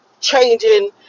changing